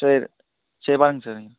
சரி சரி பாருங்க சார் நீங்கள்